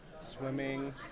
Swimming